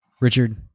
Richard